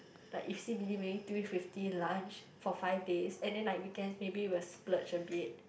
like if c_b_d maybe three fifty lunch for five days and then like weekend maybe we will splurge a bit